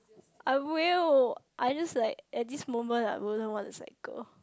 I will I just like at this moment I wouldn't want to cycle